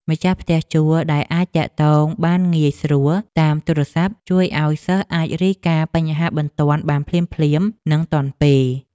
ម្ចាស់ផ្ទះជួលដែលអាចទាក់ទងបានងាយស្រួលតាមទូរស័ព្ទជួយឱ្យសិស្សអាចរាយការណ៍បញ្ហាបន្ទាន់បានភ្លាមៗនិងទាន់ពេល។